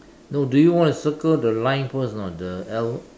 no do you want to circle the line first not the L